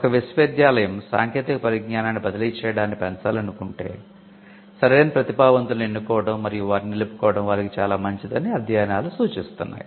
ఒక విశ్వవిద్యాలయం సాంకేతిక పరిజ్ఞానాన్ని బదిలీ చేయడాన్ని పెంచాలనుకుంటే సరైన ప్రతిభావంతుల్ని ఎన్నుకోవడం మరియు వారిని నిలుపుకోవడం వారికి చాలా మంచిదని అధ్యయనాలు సూచిస్తున్నాయి